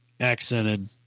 Accented